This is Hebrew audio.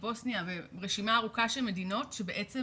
בוסניה ורשימה ארוכה של מדינות שבעצם